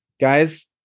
Guys